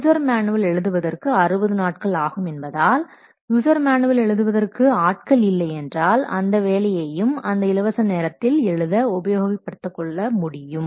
user manual எழுதுவதற்கு 60 நாட்கள் ஆகும் என்பதால் யூசர் மேனுவல் எழுதுவதற்கு ஆட்கள் இல்லை என்றால் அந்த வேலையையும் அந்த இலவச நேரத்தில் எழுத உபயோகப்படுத்திக் கொள்ள முடியும்